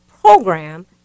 program